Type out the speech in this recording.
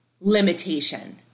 limitation